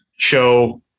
show